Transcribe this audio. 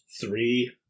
three